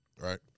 Right